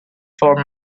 for